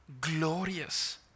glorious